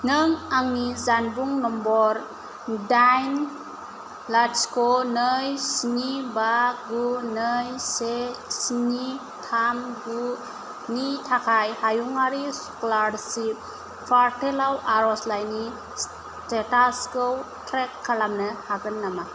नों आंनि जानबुं नम्बर दाइन लाथिख नै स्नि बा गु नै से स्नि थाम गु नि थाखाय हायुंआरि स्कलारसिफ पार्टेलाव आरजलाइनि स्टेटासखौ ट्रेक खालामनो हागोन नामा